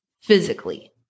physically